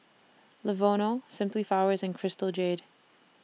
Lenovo Simply Flowers and Crystal Jade